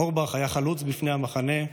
אורבך היה חלוץ לפני המחנה,